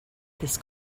this